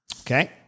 Okay